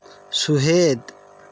ᱥᱚᱦᱮᱫ